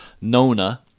Nona